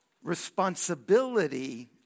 responsibility